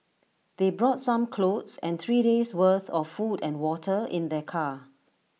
they brought some clothes and three days' worth of food and water in their car